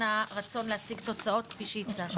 הרצון שלנו להשיג תוצאות כפי שהיא הציעה שם.